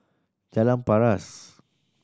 Jalan Paras